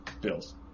Bills